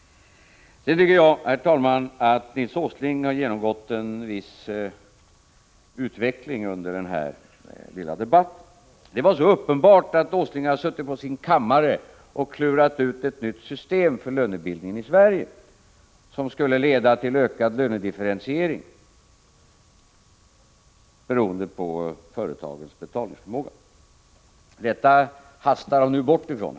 Sedan tycker jag, herr talman, att Nils Åsling har genomgått en viss utveckling under den här lilla debatten. Det var så uppenbart att Åsling hade suttit på sin kammare och klurat ut ett nytt system för lönebildningen i Sverige, som skulle bidra till ökad lönedifferentiering, beroende på företagens betalningsförmåga. Detta hastar han nu bort ifrån.